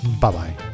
Bye-bye